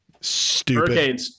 Stupid